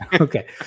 Okay